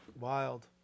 wild